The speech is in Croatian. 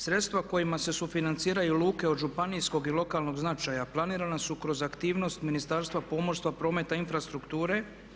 Sredstva kojima se sufinanciraju luke od županijskog i lokalnog značaja planirana su kroz aktivnosti Ministarstva pomorstva, prometa i infrastrukture.